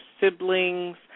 siblings